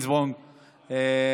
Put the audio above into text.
חבר הכנסת גינזבורג,